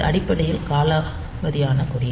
இது அடிப்படையில் காலாவதியான கொடி